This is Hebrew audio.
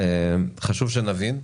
חשוב שנבין.